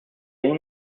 این